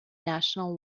national